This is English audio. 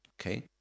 Okay